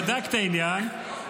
שבדק את העניין --- אפילו?